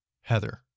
Heather